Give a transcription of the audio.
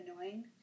annoying